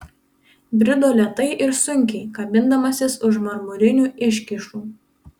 brido lėtai ir sunkiai kabindamasis už marmurinių iškyšų